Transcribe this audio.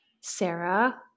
Sarah